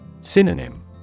Synonym